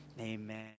amen